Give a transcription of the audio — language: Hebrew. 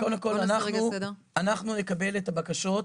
קודם כול, אנחנו נקבל את הבקשות,